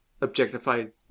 objectified